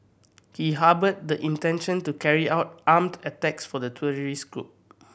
he harboured the intention to carry out armed attacks for the terrorist group